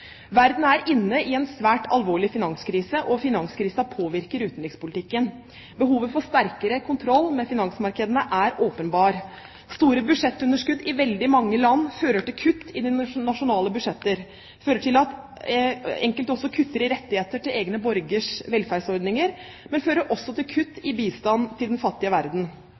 Verden er inne i en svært alvorlig finanskrise, og finanskrisen påvirker utenrikspolitikken. Behovet for sterkere kontroll med finansmarkedene er åpenbart. Store budsjettunderskudd i veldig mange land fører til kutt i de nasjonale budsjetter som fører til at enkelte også kutter i rettigheter til egne borgeres velferdsordninger. Dette fører også til kutt i bistand til den fattige verden.